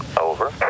Over